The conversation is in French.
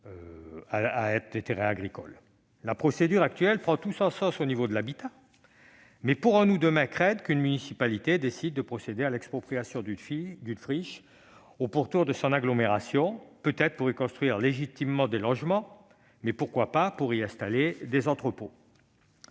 une destination agricole ? La procédure actuelle prend tout son sens au niveau de l'habitat. Mais demain, ne pourrions-nous pas craindre qu'une municipalité décide de procéder à l'expropriation d'une friche agricole au pourtour de son agglomération, peut-être pour y construire légitimement des logements, mais peut-être aussi pour y implanter des entrepôts ?